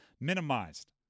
minimized